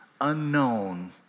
unknown